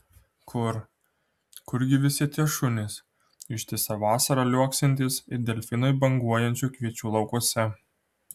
kur kurgi visi tie šunys ištisą vasarą liuoksintys it delfinai banguojančių kviečių laukuose